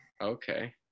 Okay